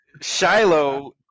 Shiloh